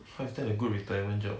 how's that a good retirement job